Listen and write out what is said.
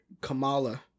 Kamala